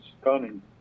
stunning